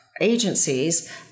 agencies